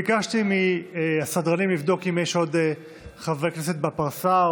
ביקשתי מהסדרנים לבדוק אם יש עוד חברי כנסת בפרסה